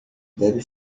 deve